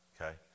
Okay